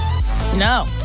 No